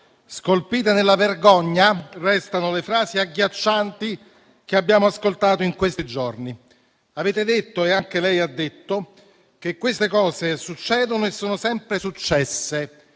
Scolpite nella vergogna restano le frasi agghiaccianti che abbiamo ascoltato in questi giorni. Avete detto - anche lei l'ha fatto - che queste cose succedono e sono sempre successe,